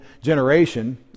generation